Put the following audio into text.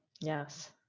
Yes